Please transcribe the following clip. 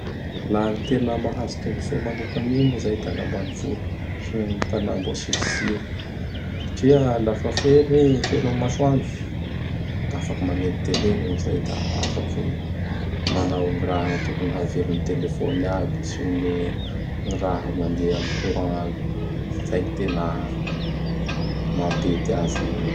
La gny tena mahazo tombotsoa manoka amin'igny moa zay da gn' ambanivolo sy ny tana mbô tsy misy jiro. Satria lafa feno i, feno amin'ny masoandro. Da afaky magnety tele gn' olo izay; da afaky manao gn raha tokony hahavelo gn telefoniny aby sy gn ny raha mandefa amin'ny courant aby. Izay gny tena mampety azy.